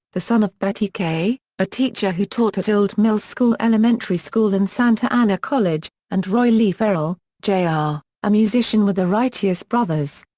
the son of betty kay, a teacher who taught at old mill school elementary school and santa ana college, and roy lee ferrell, jr, ah a musician with the righteous brothers.